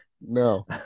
no